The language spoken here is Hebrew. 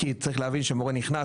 כי צריך להבין שמורה נכנס,